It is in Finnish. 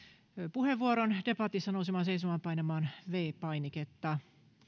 puheenvuoron debatissa nousemaan seisomaan ja painamaan viides painiketta